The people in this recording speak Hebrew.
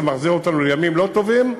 זה מחזיר אותנו לימים לא טובים,